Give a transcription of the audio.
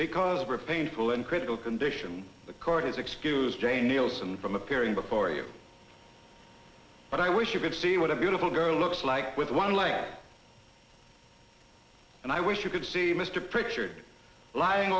because every painful and critical condition the court is excused jane nielson from appearing before you but i wish you could see what a beautiful girl looks like with one leg and i wish you could see mr pritchard lying